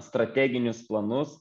strateginius planus